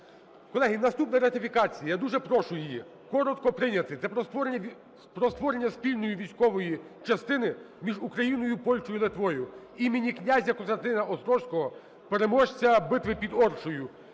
Колеги, наступна ратифікація. Я дуже прошу її коротко прийняти. Це про створення спільної військової частини між Україною, Польщею і Литвою імені князі Костянтина Острозького, переможця битви під Оршею.